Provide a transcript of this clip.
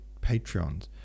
Patreons